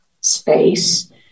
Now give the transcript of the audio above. space